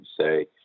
say